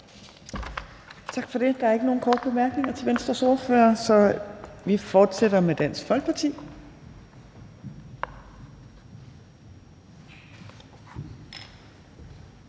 Tak for det. Der er ikke nogen korte bemærkninger til Venstres ordfører, så vi fortsætter med Dansk Folkeparti.